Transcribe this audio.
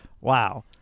wow